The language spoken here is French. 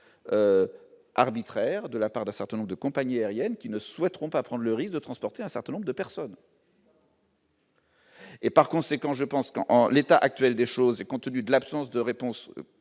arbitraire de la part d'un certain nombre de compagnies aériennes qui ne souhaiteront pas prendre le risque de transporter un certain nombre de personnes. Et, par conséquent, je pense que, en l'état actuel des choses, et compte tenu de l'absence de réponse concrète